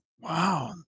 Wow